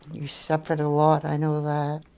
you suffered a lot, i know that.